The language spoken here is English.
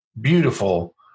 beautiful